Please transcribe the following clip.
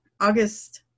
August